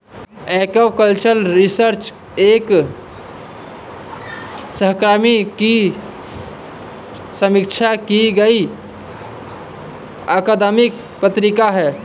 aquaculture research एक सहकर्मी की समीक्षा की गई अकादमिक पत्रिका है